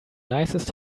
nicest